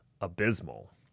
abysmal